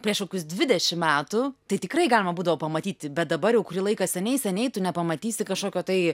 prieš kokius dvidešim metų tai tikrai galima būdavo pamatyti bet dabar jau kurį laiką seniai seniai tu nepamatysi kažkokio tai